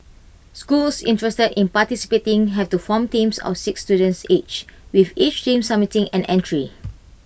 schools interested in participating have to form teams of six students each with each team submitting an entry